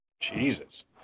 Jesus